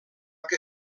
que